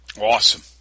Awesome